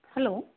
hello